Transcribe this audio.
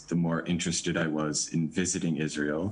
כך הייתי מעוניין יותר לבקר בישראל,